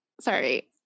sorry